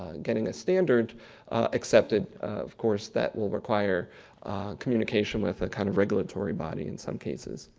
getting a standard accepted, of course that will require communication with a kind of regulatory body in some cases.